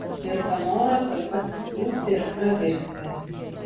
ir panoro tuoj pat sukniubti ir pravirkti